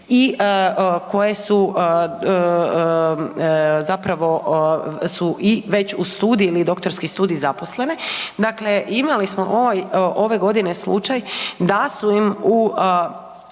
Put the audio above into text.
i koje su i već … doktorski studij zaposlene, dakle imali smo ove godine slučaj da su im u